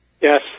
Yes